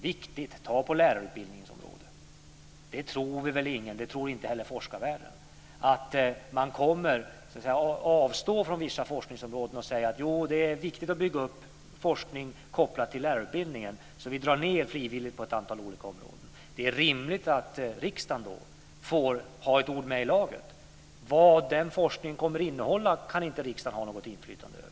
Ta t.ex. lärarutbildningens område. Ingen, inte heller forskarvärlden tror väl att vissa forskningsområden frivilligt kommer att dra ned på ett antal olika områden, därför att det är viktigt att bygga upp forskning kopplad till lärarutbildningen. Det är rimligt att riksdagen får ha ett ord med i laget. Vad den forskningen kommer att innehålla kan inte riksdagen ha något inflytande över.